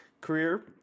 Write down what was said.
career